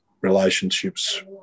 relationships